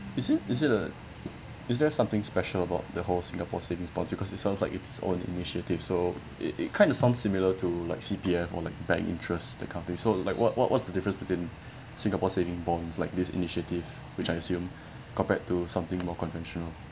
is it is it a is there something special about the whole singapore savings bonds because it sounds like it's own initiative so it it kind of sounds similar to like C_P_F or like bank interest that kind of thing so like what what what's the difference between singapore saving bonds like this initiative which I assume compared to something more conventional